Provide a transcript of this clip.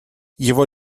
его